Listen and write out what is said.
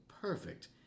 perfect